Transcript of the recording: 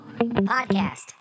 Podcast